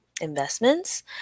investments